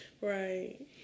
Right